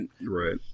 Right